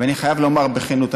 ואני חייב לומר בכנות,